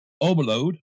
Overload